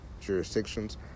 jurisdictions